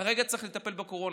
כרגע צריך לטפל בקורונה.